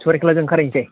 सरायखलाजों ओंखारहैनोसै